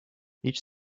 each